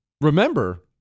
Remember